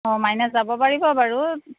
অঁ মাইনা যাব পাৰিব বাৰু